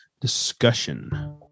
discussion